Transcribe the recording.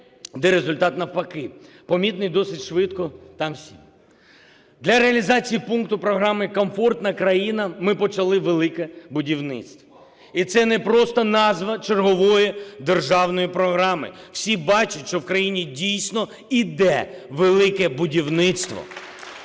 де результат, навпаки, помітний досить швидко, там всі. Для реалізації пункту програми "Комфортна країна" ми почали "Велике будівництво". І це непросто назва чергової державної програми. Всі бачать, що в країні дійсно іде велике будівництво.